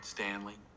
Stanley